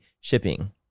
shipping